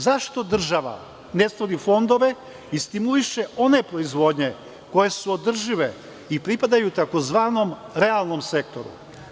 Zašto država ne stvori fondove i stimuliše one proizvodnje koje su održive i pripadaju tzv. realnom sektoru?